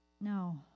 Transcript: No